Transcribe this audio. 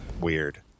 weird